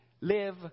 live